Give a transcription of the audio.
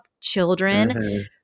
children